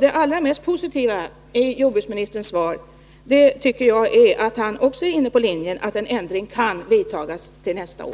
Det allra mest positiva i jordbruksministerns svar tycker jag är att han också är inne på linjen att en ändring kan vidtas till nästa år.